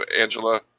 Angela